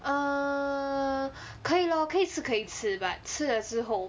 err 可以 lor 可以吃是可以吃 but 吃了之后